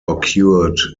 occurred